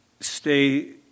stay